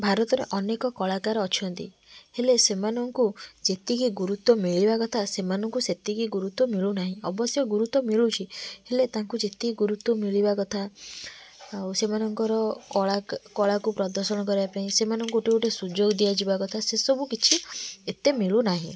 ଭାରତରେ ଅନେକ କଳାକାର ଅଛନ୍ତି ହେଲେ ସେମାନଙ୍କୁ ଯେତିକି ଗୁରୁତ୍ୱ ମିଳିବା କଥା ସେମାନଙ୍କୁ ସେତିକି ଗୁରୁତ୍ୱ ମିଳୁନାହିଁ ଅବଶ୍ୟ ଗୁରୁତ୍ୱ ମିଳୁଛି ହେଲେ ତାଙ୍କୁ ଯେତିକି ଗୁରୁତ୍ୱ ମିଳିବା କଥା ଆଉ ସେମାନଙ୍କର କଳାକୁ ପ୍ରଦଶନ କରିବା ପାଇଁ ସେମାନଙ୍କୁ ଗୋଟେ ଗୋଟେ ସୁଯୋଗ ଦିଆଯିବା କଥା ସେସବୁ କିଛି ଏତେ ମିଳୁ ନାହିଁ